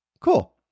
Cool